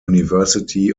university